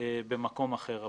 במקום אחר.